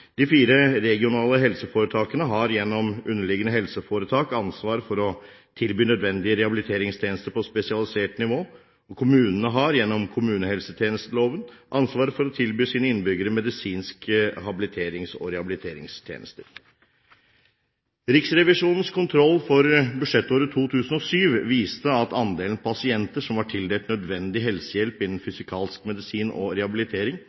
De fire regionale helseforetakene har, gjennom underliggende helseforetak, ansvar for å tilby nødvendige rehabiliteringstjenester på spesialisert nivå, og kommunene har gjennom kommunehelsetjenesteloven ansvar for å tilby sine innbyggere medisiniske habiliterings- og rehabiliteringstjenester. Riksrevisjonens kontroll for budsjettåret 2007 viste at andelen pasienter som var tildelt nødvendig helsehjelp innen fysikalsk medisin og rehabilitering,